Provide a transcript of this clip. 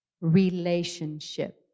relationship